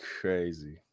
crazy